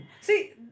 See